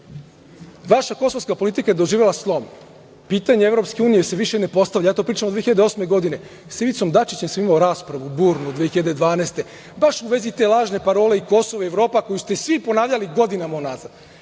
Vaša kosovska politika je doživela slom. Pitanje EU se više ne postavlja. Ja to pričam od 2008. godine, sa Ivicom Dačićem sam imao raspravu burnu 2012. godine, a baš u vezi te lažne parole i Kosova i Evrope koju ste svi ponavljali godinama unazad